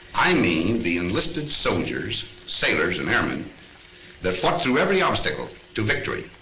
i mean the enlisted soldiers, sailors, and airmen that fought through every obstacle to victory.